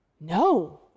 No